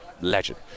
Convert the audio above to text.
legend